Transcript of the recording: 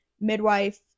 midwife